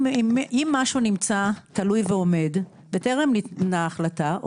אם משהו נמצא תלוי ועומד וטרם ניתנה החלטה,